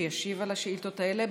שישיב על השאילתות האלה.